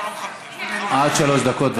עד שלוש דקות.